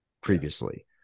previously